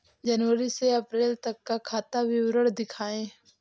जनवरी से अप्रैल तक का खाता विवरण दिखाए?